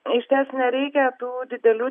išties nereikia tų didelių